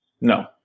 No